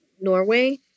Norway